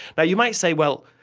now, you might say, well,